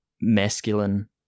masculine